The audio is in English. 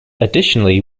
additionally